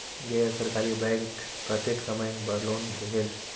गैर सरकारी बैंक कतेक समय बर लोन देहेल?